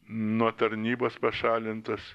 nuo tarnybos pašalintas